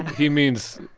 he means,